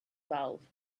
valve